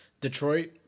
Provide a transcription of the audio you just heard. Detroit